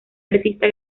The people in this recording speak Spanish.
artista